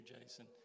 jason